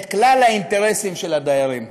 את כלל האינטרסים של הדיירים.